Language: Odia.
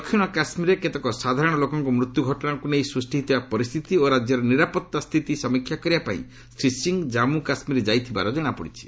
ଦକ୍ଷିଣ କାଶ୍ମୀରରେ କେତେକ ସାଧାରଣ ଲୋକଙ୍କ ମୃତ୍ୟୁ ଘଟଣାକୁ ନେଇ ସୃଷ୍ଟି ହୋଇଥିବା ପରିସ୍ଥିତି ଓ ରାଜ୍ୟର ନିରାପତ୍ତା ସ୍ଥିତି ସମୀକ୍ଷା କରିବା ପାଇଁ ଶ୍ରୀ ସିଂ ଜାନ୍ପୁ କାଶ୍ମୀର ଯାଇଥିବାର ଜଣାପଡ଼ିଛି